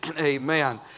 amen